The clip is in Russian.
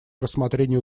рассмотрению